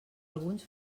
alguns